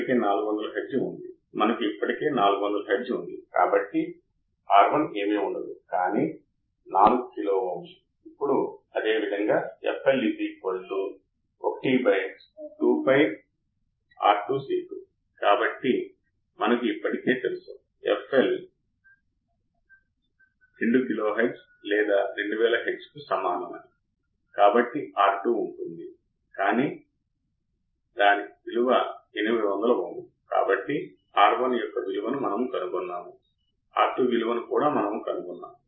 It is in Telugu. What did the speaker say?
ట్రాన్సిస్టర్ల బేస్ సరే ఇది మనం చర్చించిన ఒక ఉదాహరణ ఇంకొక ఉదాహరణ చూద్దాం మరియు ఉదాహరణ ఇన్పుట్ బయాస్ కర్రెంట్లు Ib1 మరియు Ib2 యాంప్లిఫైయర్ ఆపరేషన్ను ఎలా ప్రభావితం చేస్తాయి ఇది అర్ధం చేసుకోవటానికి సరైన ప్రశ్న అయితే బయాస్ కరెంట్ మరియు ఆప్ ఆంప్ యొక్క ప్రభావాన్ని అర్థం చేసుకోవడానికిఇన్వర్టింగ్ అమరికని పరిశీలిద్దాం